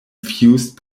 fused